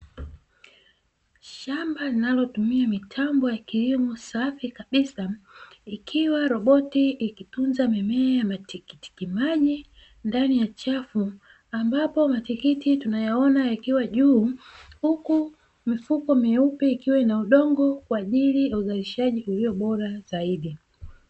Shamba linalotumia mitambo ya kilimo safi kabisa ikiwa roboti ikitunza mimea ya matikiti maji ndani ya chafu ambapo matikiti tunayaona yakiwa juu, huku mifuko meupe ikiwa ina udongo kwa ajili ya uzalishaji ulio bora zaidi.